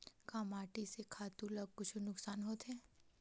का माटी से खातु ला कुछु नुकसान होथे?